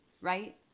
right